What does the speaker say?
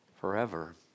forever